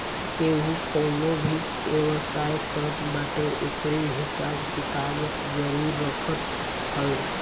केहू कवनो भी व्यवसाय करत बाटे ओकर हिसाब किताब जरुर रखत हवे